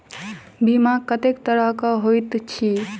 बीमा कत्तेक तरह कऽ होइत छी?